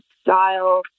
style